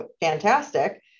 fantastic